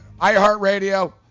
iHeartRadio